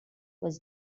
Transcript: was